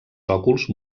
sòcols